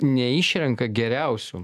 ne išrenka geriausių